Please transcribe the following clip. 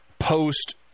post